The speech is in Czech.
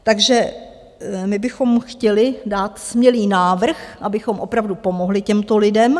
Takže my bychom chtěli dát smělý návrh, abychom opravdu pomohli těmto lidem.